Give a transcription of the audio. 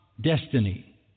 destiny